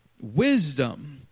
Wisdom